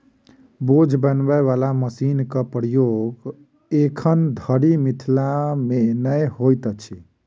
बोझ बनबय बला मशीनक प्रयोग एखन धरि मिथिला मे नै होइत अछि